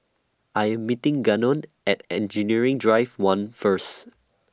I Am meeting Gannon At Engineering Drive one First